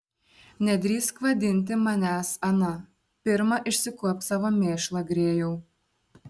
nedrįsk vadinti manęs ana pirma išsikuopk savo mėšlą grėjau